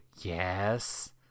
yes